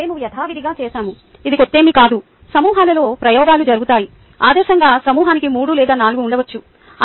మేము యథావిధిగా చేసాము ఇది కొత్తేమీ కాదు సమూహాలలో ప్రయోగాలు జరుగుతాయి ఆదర్శంగా సమూహానికి 3 లేదా 4 ఉండవచ్చు